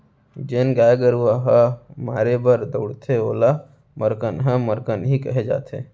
जेन गाय गरूवा ह मारे बर दउड़थे ओला मरकनहा मरकनही कहे जाथे